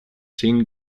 zehn